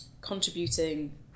contributing